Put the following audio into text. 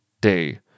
day